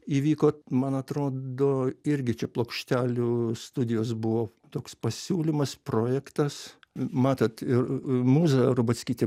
įvyko man atrodo irgi čia plokštelių studijos buvo toks pasiūlymas projektas matot mūza rubackytė